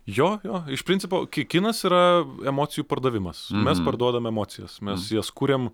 jo jo iš principo ki kinas yra emocijų pardavimas mes parduodam emocijas mes jas kuriam